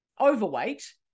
overweight